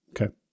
Okay